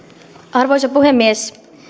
arvoisa puhemies